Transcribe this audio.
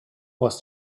was